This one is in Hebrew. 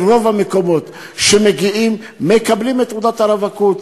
ברוב המקומות שמגיעים מקבלים את תעודת הרווקות.